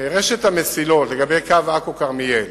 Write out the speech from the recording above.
לגבי קו עכו כרמיאל,